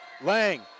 Lang